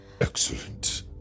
Excellent